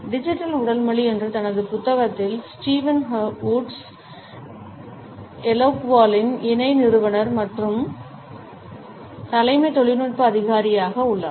digital உடல் மொழி என்ற தனது புத்தகத்தில் ஸ்டீவன் வூட்ஸ் எலோக்வாவில் இணை நிறுவனர் மற்றும் தலைமை தொழில்நுட்ப அதிகாரியாக உள்ளார்